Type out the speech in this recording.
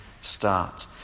start